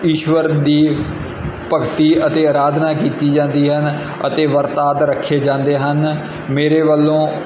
ਈਸ਼ਵਰ ਦੀ ਭਗਤੀ ਅਤੇ ਅਰਾਧਨਾ ਕੀਤੀ ਜਾਂਦੀ ਹਨ ਅਤੇ ਵਰਤ ਆਦਿ ਰੱਖੇ ਜਾਂਦੇ ਹਨ ਮੇਰੇ ਵੱਲੋਂ